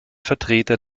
vertreter